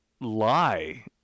lie